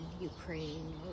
Ukraine